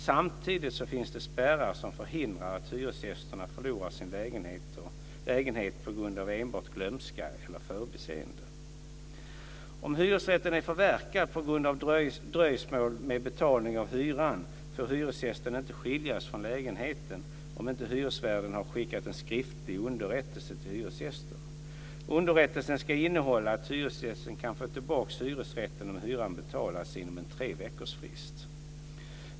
Samtidigt finns det spärrar som förhindrar att hyresgäster förlorar sina lägenheter på grund av enbart glömska eller förbiseende. Om hyresrätten är förverkad på grund av dröjsmål med betalning av hyran får hyresgästen inte skiljas från lägenheten om inte hyresvärden har skickat en skriftlig underrättelse till hyresgästen. Underrättelsen ska innehålla att hyresgästen kan få tillbaka hyresrätten om hyran betalas inom en treveckorsfrist.